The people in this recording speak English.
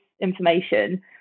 information